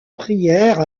prière